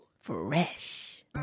fresh